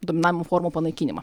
dominavimo formų panaikinimą